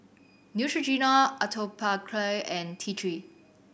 Neutrogena Atopiclair and T Three